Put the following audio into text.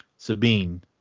Sabine